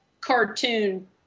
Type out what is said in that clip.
cartoon